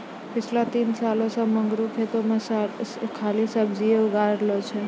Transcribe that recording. पिछला तीन सालों सॅ मंगरू खेतो मॅ खाली सब्जीए उगाय रहलो छै